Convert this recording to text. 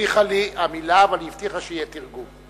הבטיחה לי מלה, אבל הבטיחה שיהיה תרגום.